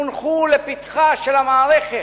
הונחו לפתחה של המערכת,